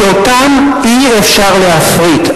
שאותם אי-אפשר להפריט,